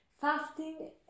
fasting